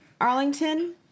Arlington